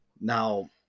now